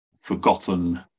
forgotten